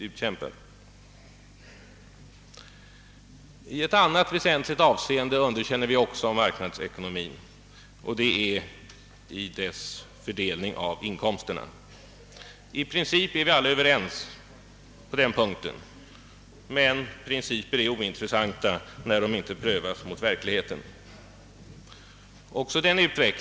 Också i ett annat väsentligt avseende underkänner vi marknadsekonomin, nämligen med avseende på dess fördelning av inkomsterna. I princip är vi alla överens på den punkten. Men principer är ointressanta när de inte prövas mot verkligheten.